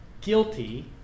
guilty